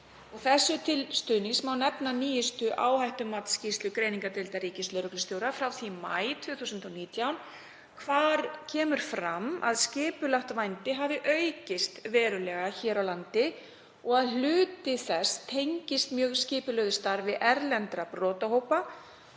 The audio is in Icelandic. Þessu til stuðnings má nefna nýjustu áhættumatsskýrslu greiningardeildar ríkislögreglustjóra frá því í maí 2019 þar sem fram kemur að skipulagt vændi hafi aukist verulega hér á landi, að hluti þess tengist mjög skipulögðu starfi erlendra brotahópa